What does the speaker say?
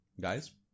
guys